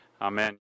Amen